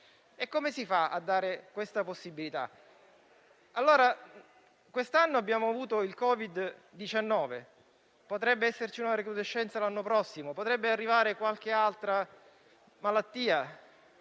Come si fa a dare questa possibilità? Quest'anno abbiamo avuto il Covid-19; potrebbe esserci una recrudescenza l'anno prossimo, potrebbe arrivare qualche altra malattia.